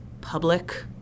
public